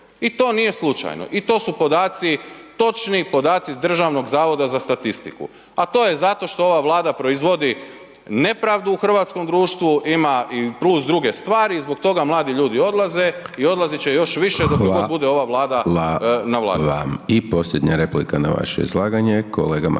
i to nije slučajno i to su podaci, točni podaci iz Državnog zavoda za statistiku, a to je zato što ova Vlada proizvodi nepravdu u hrvatskom društvu, ima i plus druge stvari i zbog toga mladi ljudi odlaze i odlazit će još više dok god bude …/Upadica: Hvala vam/…ova Vlada na vlasti. **Hajdaš